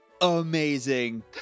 amazing